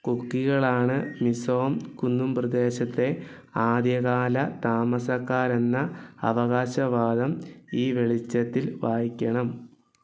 കുക്കികളാണ് മിസോ കുന്നുംപ്രദേശത്തെ ആദ്യകാല താമസക്കാരെന്ന അവകാശവാദം ഈ വെളിച്ചത്തിൽ വായിക്കണം